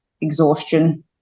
exhaustion